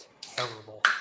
terrible